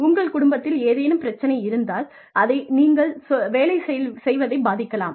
உங்கள் குடும்பத்தில் ஏதேனும் பிரச்சனை இருந்தால் அது நீங்கள் வேலை செய்வதைப் பாதிக்கலாம்